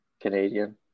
Canadian